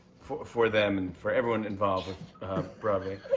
for for them and for everyone involved with broadway.